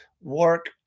work